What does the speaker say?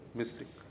missing